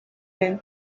than